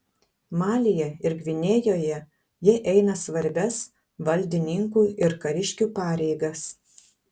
malyje ir gvinėjoje jie eina svarbias valdininkų ir kariškių pareigas